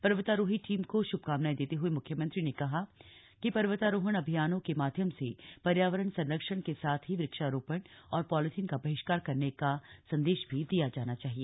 पर्वतारोही टीम को शुभकामनाएं देते हुए मुख्यमंत्री ने कहा कि पर्वतारोहण अभियानों के माध्यम से पर्यावरण संरक्षण के साथ ही वृक्षारोपण और पॉलीथीन का बहिष्कार करने का संदेश भी दिया जाना चाहिए